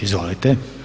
Izvolite.